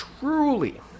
truly